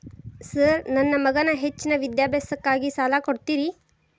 Sir ನನ್ನ ಮಗನ ಹೆಚ್ಚಿನ ವಿದ್ಯಾಭ್ಯಾಸಕ್ಕಾಗಿ ಸಾಲ ಕೊಡ್ತಿರಿ?